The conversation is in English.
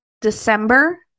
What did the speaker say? December